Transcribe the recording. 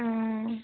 অঁ